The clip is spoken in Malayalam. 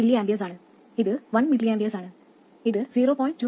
5 mA ആണ് ഇത് 1 mA ആണ് ഇത് 0